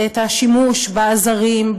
בשימוש בעזרים,